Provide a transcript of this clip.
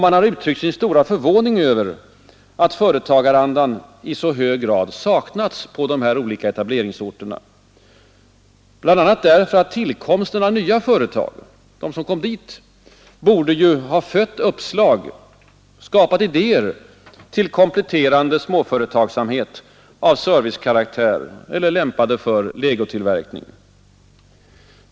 Man har uttryckt sin stora förvåning över att företagarandan i så hög grad har saknats på de olika etableringsorterna, bl.a. därför att tillkomsten av nya företag — de som kom dit — borde ha fött uppslag och skapat idéer till kompletterande småföretagsamhet av servicekaraktär eller lämpad för legotillverkning.